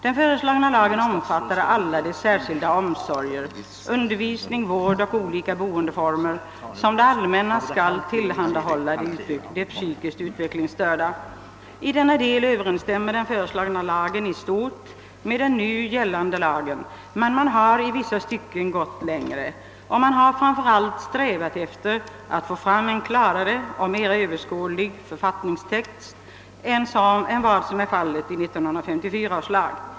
Den föreslagna lagen omfattar alla de särskilda omsorger — undervisning, vård och olika boendeformer — som det allmänna skall tillhandahålla de psykiskt utvecklingsstörda. I denna del överensstämmer den föreslagna lagen i stort med den nu gällande lagen, men man har i vissa stycken gått längre och man har framför allt strävat efter att få fram en klarare och mera överskådlig författningstext än den som finns i 1954 års lag.